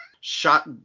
shot